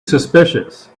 suspicious